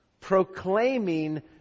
proclaiming